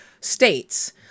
states